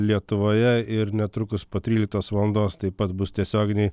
lietuvoje ir netrukus po tryliktos valandos taip pat bus tiesioginiai